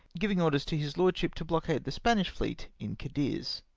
giving orders to his lordship to blockade the spanish fleet in cadiz.